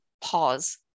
pause